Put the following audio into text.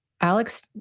Alex